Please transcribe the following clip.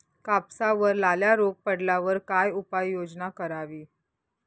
कापसावर लाल्या रोग पडल्यावर काय उपाययोजना करावी?